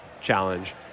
challenge